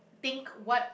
think what